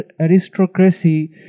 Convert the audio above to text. aristocracy